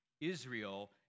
Israel